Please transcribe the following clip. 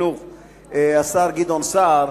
השר גדעון סער,